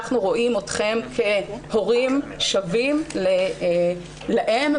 אנחנו רואים אתכם כהורים שווים להם,